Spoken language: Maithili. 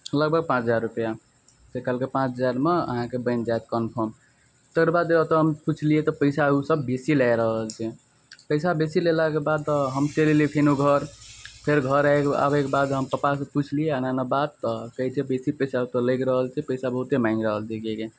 लगभग पाँच हजार रुपैआ फेर कहलकै पाँच हजारमे अहाँके बनि जाएत कन्फर्म तकर बाद हम ओतऽ पुछलिए तऽ पइसा ओसब बेसी लै रहल छै पइसा बेसी लेलाके बाद तऽ हम चलि अएलिए फेरो घर फेर घर आबैके बाद हम पप्पासे पुछलिए एना एना बात तऽ कहै छै बेसी पइसा ओतऽ लागि रहल छै पइसा बहुते माँगि रहल छै किएकि